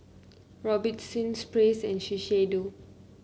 Robitussin Praise and Shiseido